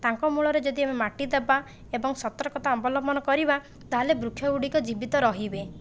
ତାଙ୍କ ମୂଳରେ ଯଦି ଆମେ ମାଟି ଦେବା ଏବଂ ସତର୍କତା ଅବଲମ୍ବନ କରିବା ତା'ହାଲେ ବୃକ୍ଷ ଗୁଡ଼ିକ ଜୀବିତ ରହିବେ